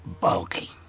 bulky